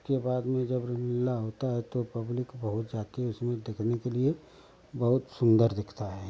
उसके बाद में जब रामलीला होता है तो पब्लिक बहुत जाकर उसमें देखने के लिए बहुत सुंदर दिखता है